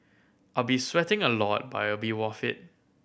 I'll be sweating a lot but it'll be worth it